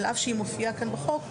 על אף שהיא מופיעה כאן בחוק,